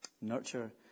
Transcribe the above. Nurture